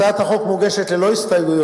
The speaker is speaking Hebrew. הצעת החוק מוגשת ללא הסתייגויות.